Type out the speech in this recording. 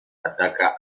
ataca